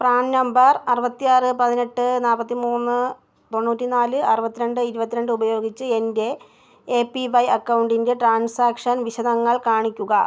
PRAN number അറുപത്തിയാറ് പതിനെട്ട് നാൽപ്പത്തി മൂന്ന് തൊണ്ണൂറ്റി നാല് അറുപത്തിരണ്ട് ഇരുപത്തിണ്ട് ഉപയോഗിച്ച് എൻ്റെ എ പി വൈ അക്കൗണ്ടിൻ്റെ ട്രാൻസാക്ഷൻ വിശദങ്ങൾ കാണിക്കുക